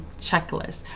checklist